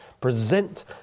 Present